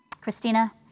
christina